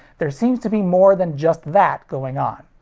there seems to be more than just that going on.